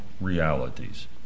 realities